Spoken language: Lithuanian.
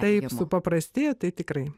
taip supaprastėjo tai tikrai